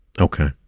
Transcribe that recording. Okay